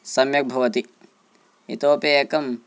सम्यक् भवति इतोपि एकम्